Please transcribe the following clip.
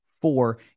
four